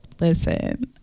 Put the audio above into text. Listen